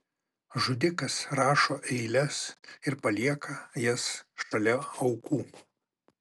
žudikas rašo eiles ir palieka jas šalia aukų